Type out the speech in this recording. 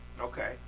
Okay